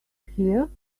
here